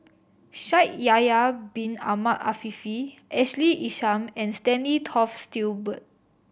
Shaikh Yahya Bin Ahmed Afifi Ashley Isham and Stanley Toft Stewart